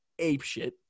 apeshit